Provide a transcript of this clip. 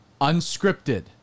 unscripted